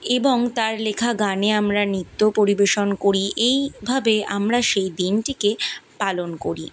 এবং তার লেখা গানে আমরা নৃত্যও পরিবেশন করি এইভাবে আমরা সেই দিনটিকে পালন করি